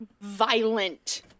violent